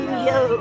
-you